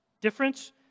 Difference